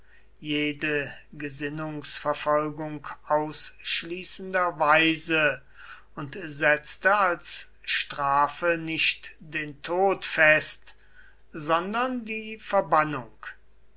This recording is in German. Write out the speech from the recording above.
jede gesinnungsverfolgung ausschließender weise und setzte als strafe nicht den tod fest sondern die verbannung